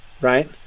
right